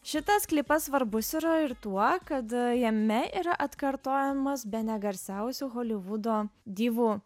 šitas klipas svarbus yra ir tuo kad jame yra atkartojamas bene garsiausių holivudo divų